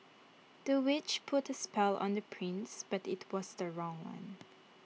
the witch put A spell on the prince but IT was the wrong one